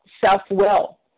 self-will